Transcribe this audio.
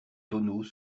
tonneaux